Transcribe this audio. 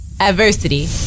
adversity